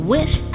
Wish